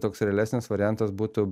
toks realesnis variantas būtų